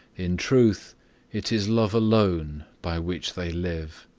in truth it is love alone by which they live.